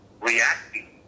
reacting